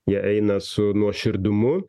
jie eina su nuoširdumu